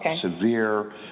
severe